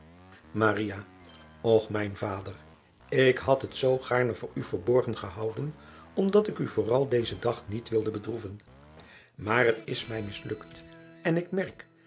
ch mijn vader ik had het zoo gaarne voor u verborgen gehouden omdat ik u vooral dezen dag niet wilde bedroeven maar het is mij mislukt en ik merk